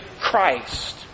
Christ